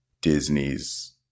Disney's